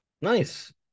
nice